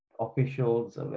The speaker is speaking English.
officials